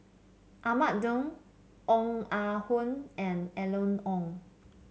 Ahmad Daud Ong Ah Hoi and Eleanor Wong